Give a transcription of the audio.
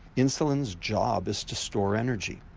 insulin's job is to store energy,